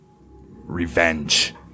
Revenge